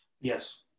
Yes